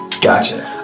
Gotcha